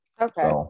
Okay